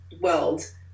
world